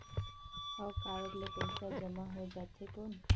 हव कारड ले पइसा जमा हो जाथे कौन?